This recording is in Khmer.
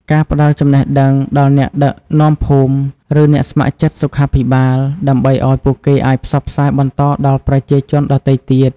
ការផ្ដល់ចំណេះដឹងដល់អ្នកដឹកនាំភូមិ ឬអ្នកស្ម័គ្រចិត្តសុខាភិបាល ដើម្បីឱ្យពួកគេអាចផ្សព្វផ្សាយបន្តដល់ប្រជាជនដទៃទៀត។